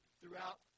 throughout